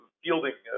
fielding